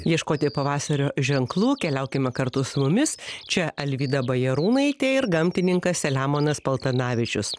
ieškoti pavasario ženklų keliaukime kartu su mumis čia alvyda bajarūnaitė ir gamtininkas selemonas paltanavičius